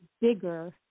bigger